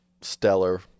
stellar